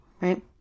right